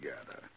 together